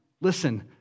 Listen